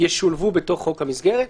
ישולבו בתוך חוק המסגרת.